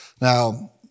Now